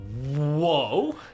Whoa